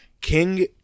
King